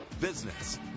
business